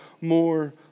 more